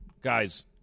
Guys